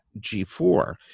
G4